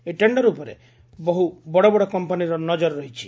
ଏହି ଟେଣ୍ଡର ଉପରେ ବହୁ ବଡ ବଡ କମ୍ମାନୀର ନଜର ରହିଛି